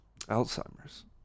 Alzheimer's